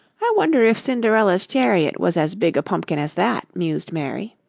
i wonder if cinderella's chariot was as big a pumpkin as that, mused mary.